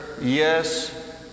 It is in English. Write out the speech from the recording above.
yes